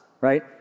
right